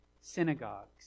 synagogues